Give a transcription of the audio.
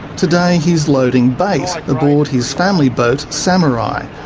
today, he's loading bait aboard his family boat, samurai,